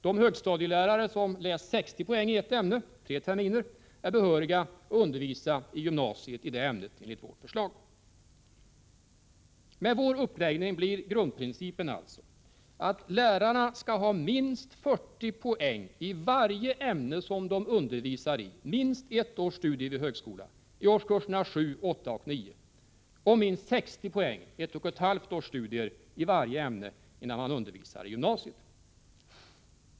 De högstadielärare som läst 60 poäng i ett ämne, tre terminers studier, är enligt vårt förslag behöriga att undervisa i gymnasiet i det ämnet. Med vår uppläggning blir grundprincipen alltså att lärarna skall ha minst 40 poäng i varje ämne som de undervisar i, alltså minst ett års studier vid högskolan, när det gäller årskurserna 7, 8 och 9 och minst 60 poäng, alltså ett och ett halvt års studier i varje ämne, innan de får undervisa i gymnasiet.